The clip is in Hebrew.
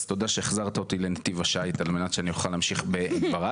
אז תודה שהחזרת אותי לנתיב השייט על מנת שאני אוכל להמשיך בדבריי.